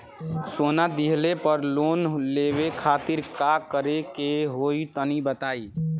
सोना दिहले पर लोन लेवे खातिर का करे क होई तनि बताई?